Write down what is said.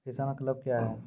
किसान क्लब क्या हैं?